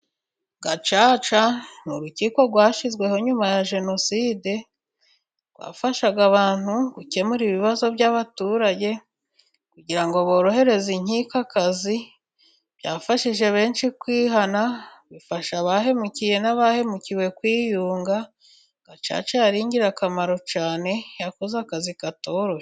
Gacaca ni urukiko rwashyizweho nyuma ya Jenoside, rwafashaga abantu gukemura ibibazo by'abaturage kugira ngo borohereze inkiko akazi, byafashije benshi kwihana bifasha abahemukiye n'abahemukiwe kwiyunga. Gacaca yari ingirakamaro cane yakoze akazi katoroshye.